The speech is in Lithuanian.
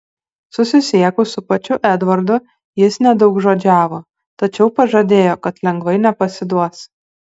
susisiekus su pačiu edvardu jis nedaugžodžiavo tačiau pažadėjo kad lengvai nepasiduos